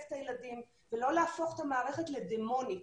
את הילדים ולא להפוך את המערכת לדמונית.